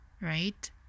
right